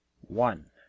One